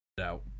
out